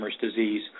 disease